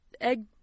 egg